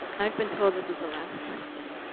i've been told this is the last question.